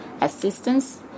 assistance